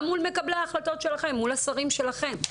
גם מול מקבלי ההחלטות שלכם מול השרים שלכם.